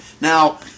Now